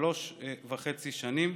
שלוש וחצי שנים.